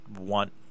want